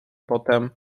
potem